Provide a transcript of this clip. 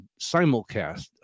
simulcast